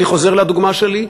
אני חוזר לדוגמה שלי.